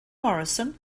morrison